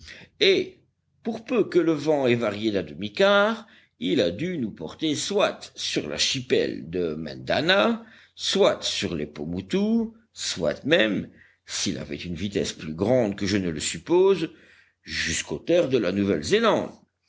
et pour peu que le vent ait varié d'un demi-quart il a dû nous porter soit sur l'archipel de mendana soit sur les pomotou soit même s'il avait une vitesse plus grande que je ne le suppose jusqu'aux terres de la nouvelle zélande